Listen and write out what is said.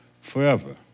forever